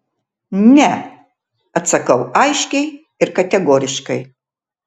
ne atsakau aiškiai ir kategoriškai